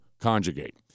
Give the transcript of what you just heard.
conjugate